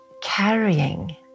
carrying